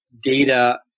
data